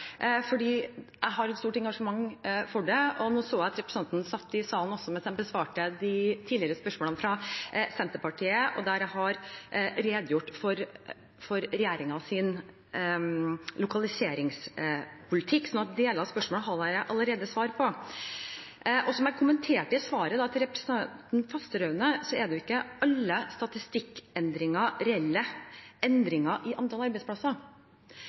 jeg har et stort engasjement for det. Jeg så at representanten satt i salen også mens jeg besvarte de tidligere spørsmålene fra Senterpartiet, der jeg redegjorde for regjeringens lokaliseringspolitikk, så deler av spørsmålet har jeg allerede svart på. Som jeg kommenterte i svaret til representanten Fasteraune, er ikke alle statistikkendringer reelle endringer i antall arbeidsplasser.